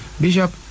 Bishop